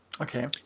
Okay